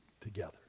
together